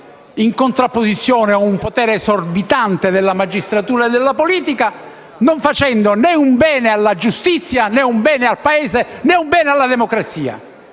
in contrapposizione a un potere esorbitante della magistratura e della politica, non facendo né un bene alla giustizia né un bene al Paese né un bene alla democrazia.